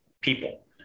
people